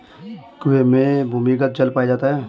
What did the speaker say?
कुएं में भूमिगत जल पाया जाता है